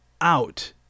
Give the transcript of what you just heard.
out